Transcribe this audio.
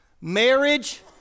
Marriage